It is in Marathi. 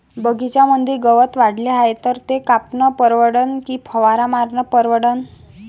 बगीच्यामंदी गवत वाढले हाये तर ते कापनं परवडन की फवारा मारनं परवडन?